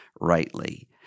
rightly